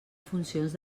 funcions